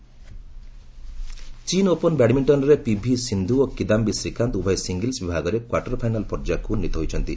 ଚୀନ୍ ଓପଡ଼୍ ଚୀନ୍ ଓପନ ବ୍ୟାଡ୍ମିଣ୍ଚନରେ ପିଭି ସିନ୍ଧୁ ଓ କିଦାମ୍ବୀ ଶ୍ରୀକାନ୍ତ ଉଭୟ ସିଙ୍ଗଲ୍ସ ବିଭାଗରେ କ୍ୱାର୍ଟର୍ ଫାଇନାଲ୍ ପର୍ଯ୍ୟାୟକୁ ଉନ୍ନୀତ ହୋଇଛନ୍ତି